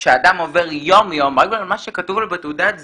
שאדם עובר יום יום רק בגלל מה שכתוב לו בתעודת הזהות.